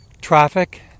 traffic